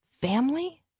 family